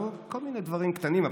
כל מיני דברים קטנים,